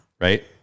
Right